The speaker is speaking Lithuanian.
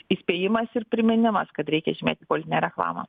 įspėjimas ir priminimas kad reikia žymėti politinę reklamą